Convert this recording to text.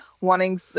wanting